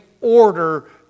order